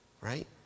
Right